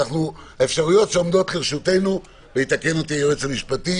האפשרויות שעומדות לרשותנו יתקן אותי היועץ המשפטי